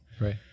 Right